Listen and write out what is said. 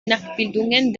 nachbildungen